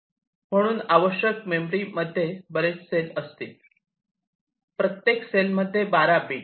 म्हणून आवश्यक मेमरीमध्ये बरेच सेल असतील प्रत्येक सेलमध्ये 12 बिट